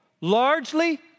largely